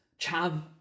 Chav